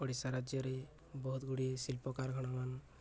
ଓଡ଼ିଶା ରାଜ୍ୟରେ ବହୁତ ଗୁଡ଼ିଏ ଶିଳ୍ପ କାରଖାନାମାନ